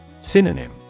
Synonym